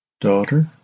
Daughter